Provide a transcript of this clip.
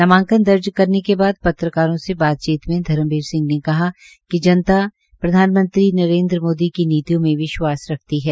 नामांकन दर्ज करने के बाद पत्रकारों से बातचीत में धर्मबीर सिह ने कहा कि जनता प्रधानमंत्री नरेन्द्र मोदी की नीतियों में विश्वास रखती है